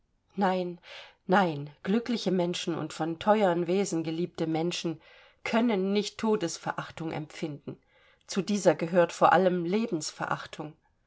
nein nein glückliche menschen und von teuern wesen geliebte menschen können nicht todesverachtung empfinden zu dieser gehört vor allem